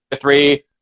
three